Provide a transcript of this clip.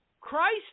Christ